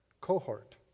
cohort